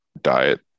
diet